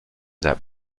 that